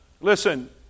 Listen